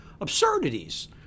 absurdities